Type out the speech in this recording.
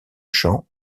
champ